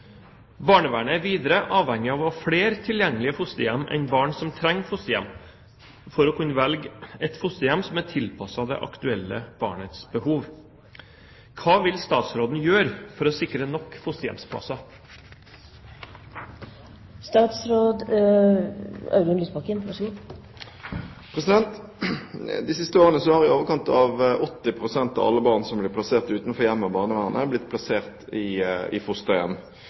Barnevernet er videre avhengig av å ha flere tilgjengelige fosterhjem enn barn som trenger fosterhjem – for å kunne velge et fosterhjem som er tilpasset det aktuelle barnets behov. Hva vil statsråden gjøre for å sikre nok fosterhjemsplasser?» De siste årene har i overkant av 80 pst. av alle barn som blir plassert utenfor hjemmet av barnevernet, blitt plassert i fosterhjem. Fosterhjem